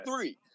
three